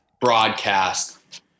broadcast